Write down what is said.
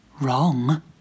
wrong